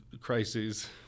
crises